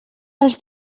els